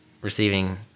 receiving